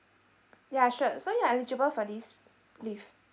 ya sure so you're eligible for this leave